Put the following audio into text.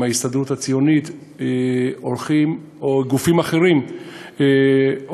עם ההסתדרות הציונית או גופים אחרים הולכים